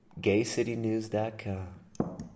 GayCityNews.com